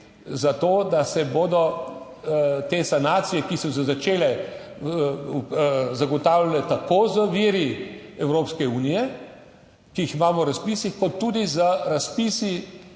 za to, da se bodo te sanacije, ki so se začele, zagotavljale tako z viri Evropske unije, ki jih imamo na razpisih, kot tudi z razpisi